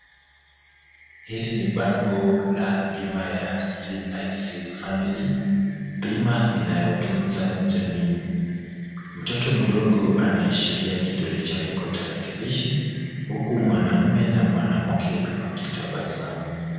Hili ni bango la bima ya CIC family, bima inayotunza jamii. Mtoto mdogo anaashiria kidole chake kwa tarakilishi, huku mwanamme na mwanamke wakitabasamu.